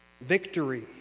victory